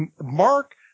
Mark